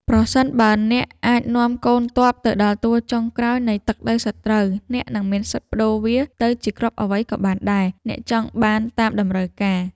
ប្រសិនបើអ្នកអាចនាំកូនទ័ពទៅដល់ជួរចុងក្រោយនៃទឹកដីសត្រូវអ្នកនឹងមានសិទ្ធិប្តូរវាទៅជាគ្រាប់អ្វីក៏បានដែលអ្នកចង់បានតាមតម្រូវការ។